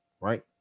right